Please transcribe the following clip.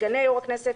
סגני יו"ר הכנסת,